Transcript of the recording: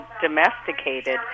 domesticated